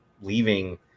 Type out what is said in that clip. leaving